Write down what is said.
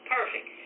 Perfect